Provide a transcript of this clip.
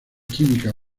química